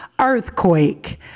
earthquake